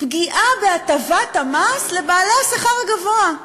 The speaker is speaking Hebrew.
פגיעה בהטבת המס לבעל השכר הגבוה.